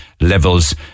levels